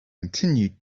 continued